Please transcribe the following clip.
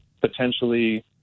potentially